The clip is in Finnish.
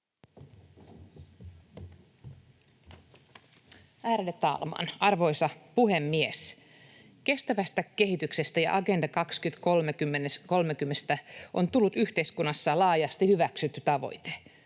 arvoisa puhemies! Kestävästä kehityksestä ja Agenda 2030:stä on tullut yhteiskunnassa laajasti hyväksytty tavoite.